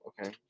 okay